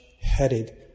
headed